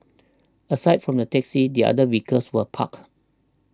aside from the taxi the other vehicles were parked